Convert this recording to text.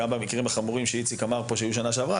גם במקרים החמורים שאיציק אמר שהיו פה בשנה שעברה.